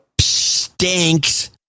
Stinks